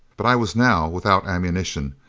but i was now without ammunition,